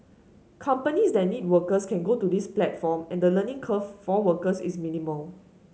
companies that need workers can go to this platform and the learning curve for workers is minimal